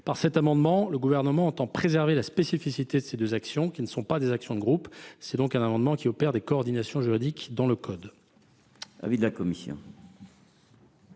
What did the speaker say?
Par cet amendement, le Gouvernement entend préserver la spécificité de ces deux actions, qui ne sont pas des actions de groupe, en procédant à des coordinations juridiques dans le code